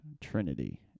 trinity